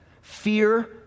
fear